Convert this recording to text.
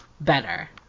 better